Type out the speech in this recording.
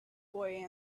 boy